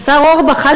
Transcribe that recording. השר אורבך,